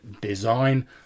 Design